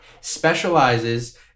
specializes